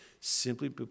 simply